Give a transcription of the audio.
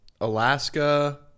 Alaska